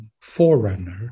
forerunner